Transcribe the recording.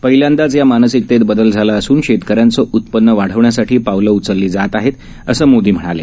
पाहिल्यांदाच या मानसिकतेत बदल झाला असून शेतकऱ्यांचं उत्पन्न वाढवण्यासाठी पावली उचलली जात आहेत असं मोदी म्हणाले